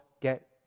get